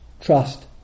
trust